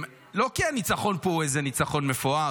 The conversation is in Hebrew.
לא כי הניצחון פה הוא איזה ניצחון מפואר,